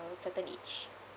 a certain age